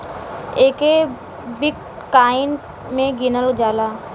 एके बिट्काइन मे गिनल जाला